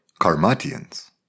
Karmatians